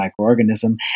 microorganism